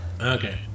Okay